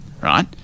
right